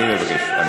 אני מבקש.